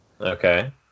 Okay